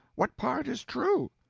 what part is true?